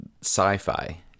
Sci-Fi